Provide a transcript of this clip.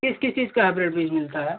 किस किस चीज़ का हैब्रिड बीज मिलता है